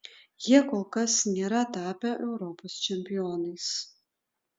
jie kol kas nėra tapę europos čempionais